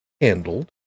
handled